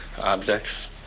objects